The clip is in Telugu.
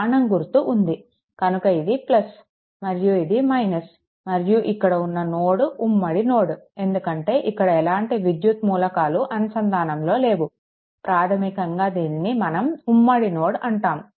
బాణం గుర్తు ఉంది కనుక ఇది మరియు ఇది - మరియు ఇక్కడ ఉన్న నోడ్ ఉమ్మడి నోడ్ ఎందుకంటే ఇక్కడ ఎలాంటి విద్యుత్ మూలకాలు అనుసంధానంలో లేవు ప్రాధమికంగా దీనిని మనం ఉమ్మడి నోడ్ అంటాము